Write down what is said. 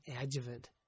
adjuvant